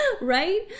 Right